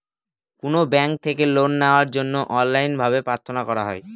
কোনো ব্যাঙ্ক থেকে লোন নেওয়ার জন্য অনলাইনে ভাবে প্রার্থনা করা হয়